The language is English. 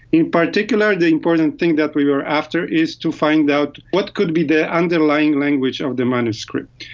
in particular the important thing that we were after is to find out what could be the underlying language of the manuscript.